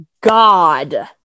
god